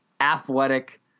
athletic